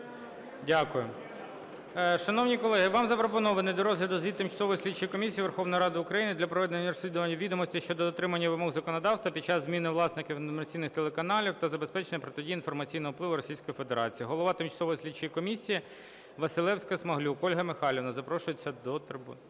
Дякую. Шановні колеги, вам запропонований до розгляду звіт Тимчасової слідчої комісії Верховної Ради України для проведення розслідування відомостей щодо дотримання вимог законодавства під час зміни власників інформаційних телеканалів та забезпечення протидії інформаційному впливу Російської Федерації. Голова тимчасової слідчої комісії Василевська-Смаглюк Ольга Михайлівна запрошується до трибуни.